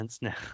now